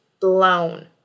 blown